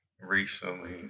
recently